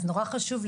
אז נורא חשוב,